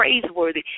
praiseworthy